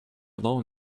alone